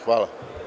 Hvala.